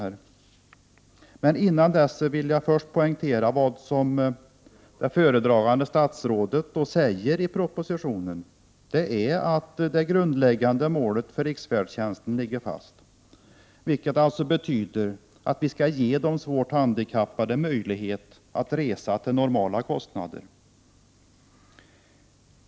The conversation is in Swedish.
Först vill jag dock poängtera något som föredragande statsrådet säger i propositionen, nämligen att de grundläggande målen för riksfärdtjänsten ligger fast. Detta betyder att vi skall ge svårt handikappade möjlighet att resa till normala kostnader.